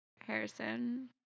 harrison